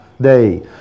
day